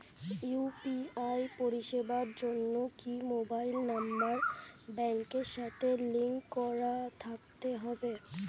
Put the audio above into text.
UPI পরিষেবার জন্য কি মোবাইল নাম্বার ব্যাংকের সাথে লিংক করা থাকতে হবে?